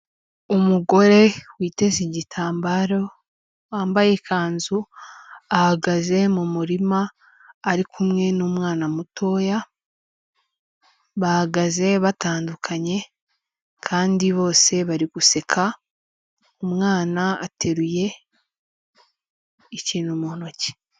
Umugore witeze igitambaro, wambaye ikanzu, ahagaze mu murima ari kumwe n'umwana mutoya, bahagaze batandukanye kandi bose bari guseka, umwana ateruye ikintu mu ntoki.